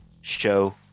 show